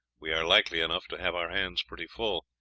we are likely enough to have our hands pretty full,